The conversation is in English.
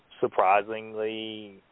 surprisingly